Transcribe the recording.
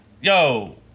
Yo